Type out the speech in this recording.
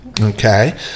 Okay